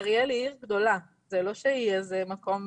אריאל היא עיר גדולה, זה שהיא איזה שהוא מקום